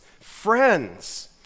friends